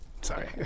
Sorry